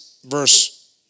Verse